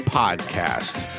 podcast